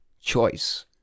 choice